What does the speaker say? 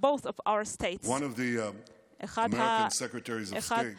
(אומר דברים בשפה האנגלית,